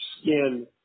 skin